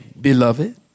Beloved